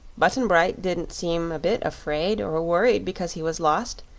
button-bright didn't seem a bit afraid or worried because he was lost,